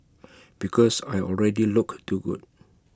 because I already look too good